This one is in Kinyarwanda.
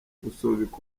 gusubika